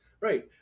Right